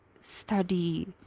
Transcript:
study